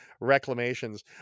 Reclamations